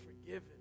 forgiven